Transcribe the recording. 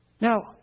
Now